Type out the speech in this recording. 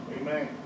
Amen